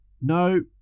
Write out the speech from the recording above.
No